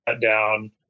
down